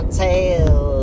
tail